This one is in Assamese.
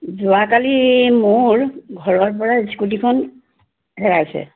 যোৱাকালি মোৰ ঘৰৰ পৰা স্কুটীখন হেৰাইছে